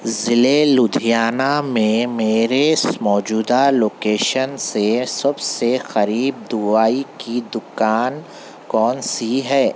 ضلع لدھیانہ میں میرے موجودہ لوکیشن سے سب سے قریب دوائی کی دکان کون سی ہے